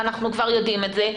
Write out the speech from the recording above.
ואנחנו כבר יודעים את זה.